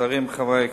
שרים, חברי הכנסת,